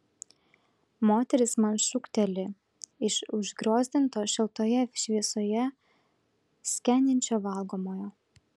moteris man šūkteli iš užgriozdinto šiltoje šviesoje skendinčio valgomojo